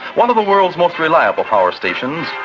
one of the world's most reliable power stations,